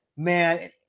Man